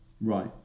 right